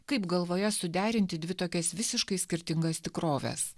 kaip galvoje suderinti dvi tokias visiškai skirtingas tikroves